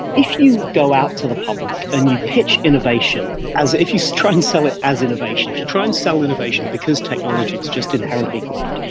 if you go out to the public and you pitch innovation, if you try and sell it as innovation, if you try and sell innovation because technology is just inherently great,